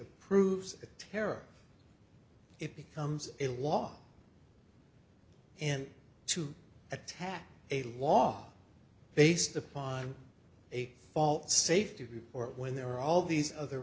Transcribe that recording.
approves of terror it becomes a law and to attack a law based upon a false safety report when there are all these other